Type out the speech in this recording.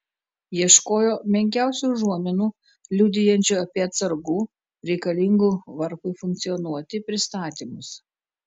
ieškojo menkiausių užuominų liudijančių apie atsargų reikalingų varpui funkcionuoti pristatymus